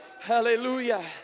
Hallelujah